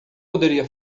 poderia